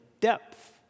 depth